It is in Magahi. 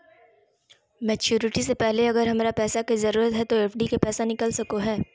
मैच्यूरिटी से पहले अगर हमरा पैसा के जरूरत है तो एफडी के पैसा निकल सको है?